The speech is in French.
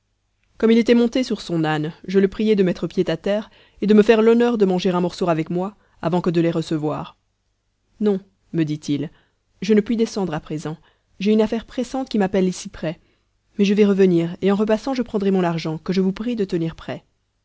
comme il était monté sur son âne je le priai de mettre pied à terre et de me faire l'honneur de manger un morceau avec moi avant que de les recevoir non me dit-il je ne puis descendre à présent j'ai une affaire pressante qui m'appelle ici près mais je vais revenir et en repassant je prendrai mon argent que je vous prie de tenir prêt